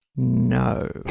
No